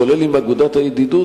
כולל עם אגודת הידידות,